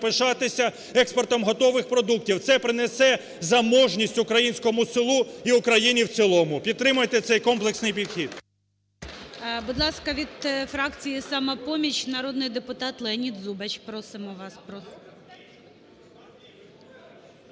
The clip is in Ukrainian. пишатися експортом готових продуктів. Це принесе заможність українському селу і Україні в цілому. Підтримайте цей комплексний підхід. ГОЛОВУЮЧИЙ. Будь ласка, від фракції "Самопоміч" народний депутат Леонід Зубач. Просимо вас.